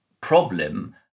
problem